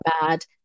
bad